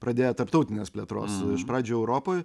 pradėję tarptautinės plėtros iš pradžių europoj